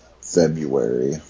February